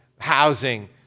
housing